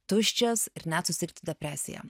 tuščias ir net susirgti depresija